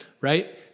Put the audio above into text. right